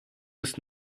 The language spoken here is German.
des